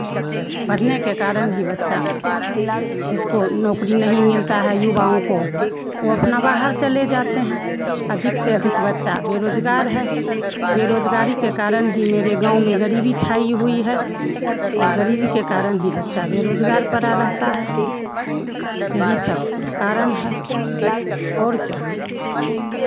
पढ़ने के कारण ही बच्चा जिसको नौकरी नहीं मिलता है युवाओं को वो अपना बाहर चले जाते हैं अधिक से अधिक बच्चा बेरोज़गार है बेरोज़गारी के कारण ही मेरे गाँव में गरीबी छाई हुई है और गरीबी के कारण ही बच्चा बेरोज़गार पड़ा रहता है यही सब कारण है और क्या